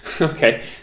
Okay